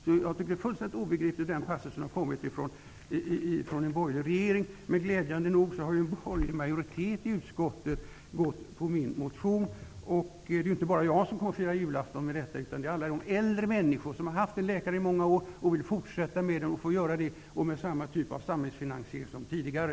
Jag tycker att det är fullständigt obegripligt hur denna passus kan ha kommit från en borgerlig regering. Men glädjande nog har en borgerlig majoritet i utskottet gått på min motion. Det är inte bara jag som får fira julafton med detta, utan det får alla äldre människor som har haft sin läkare i många år och som vill fortsätta att utnyttja den läkaren med samma typ av samlingsfinansiering som gällde tidigare.